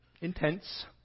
intense